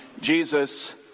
Jesus